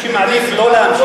מי שמעדיף לא להמשיך,